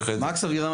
אבירם,